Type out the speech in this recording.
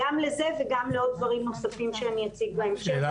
גם לזה וגם לעוד דברים נוספים שאני אציג בהמשך.